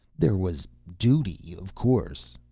there was duty, of course.